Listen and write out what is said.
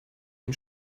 ein